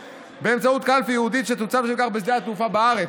באמצעות קלפי ייעודית שתוצב לשם כך בשדה התעופה בארץ.